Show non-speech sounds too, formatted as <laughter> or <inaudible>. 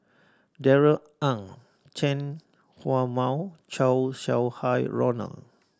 Darrell Ang Chen <unintelligible> Mao Chow Sau Hai Roland